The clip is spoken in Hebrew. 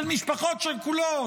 של משפחות שכולות,